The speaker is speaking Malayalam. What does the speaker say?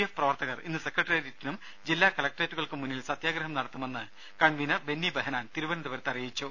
എഫ് പ്രവർത്തകർ ഇന്ന് സെക്രട്ടറിയേറ്റിനും ജില്ലാ കലക്ട്രേറ്റുകൾക്കും മുന്നിൽ സത്യാഗ്രഹം നടക്കുമെന്ന് കൺവീനർ ബെന്നി ബെഹനാൻ തിരുവനന്തപുരത്ത് അറിയിച്ചു